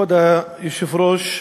כבוד היושב-ראש,